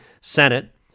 Senate